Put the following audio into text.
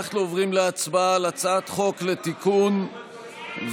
אנחנו עוברים להצבעה על הצעת חוק לתיקון ולקיום